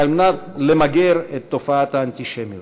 על מנת למגר את תופעת האנטישמיות.